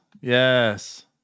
Yes